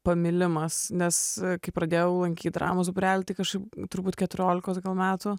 pamilimas nes kai pradėjau lankyt dramos būrelį tai kažkaip turbūt keturiolikos metų